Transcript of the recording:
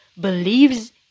believes